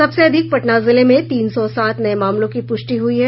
सबसे अधिक पटना जिले में तीन सौ सात नये मामलों की पुष्टि हुई है